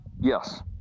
Yes